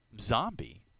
zombie